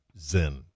zen